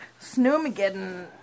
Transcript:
snowmageddon